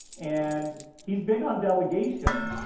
and he's big on delegation,